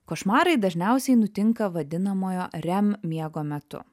košmarai dažniausiai nutinka vadinamojo rem miego metu